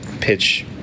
pitch